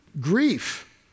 grief